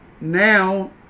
Now